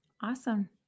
Awesome